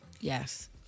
Yes